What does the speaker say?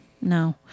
No